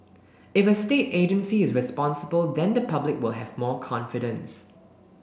if a state agency is responsible then the public will have more confidence